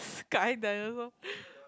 guy dinosaur